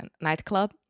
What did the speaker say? nightclub